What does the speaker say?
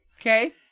Okay